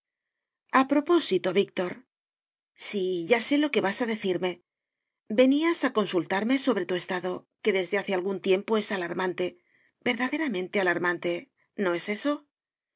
a propósito víctor sí ya sé lo que vas a decirme venías a consultarme sobre tu estado que desde hace algún tiempo es alarmante verdaderamente alarmante no es eso